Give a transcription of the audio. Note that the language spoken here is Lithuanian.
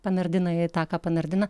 panardina į tą ką panardina